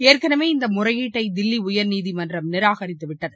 ஏற்கனவே இந்தமுறையீட்டைதில்லிஉயர்நீதிமன்றம் நிராகரித்துவிட்டது